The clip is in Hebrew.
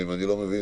ואם אני לא מבין,